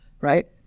right